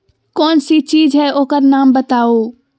कौन सा चीज है ओकर नाम बताऊ?